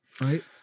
right